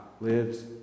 lives